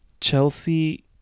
Chelsea